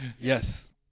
yes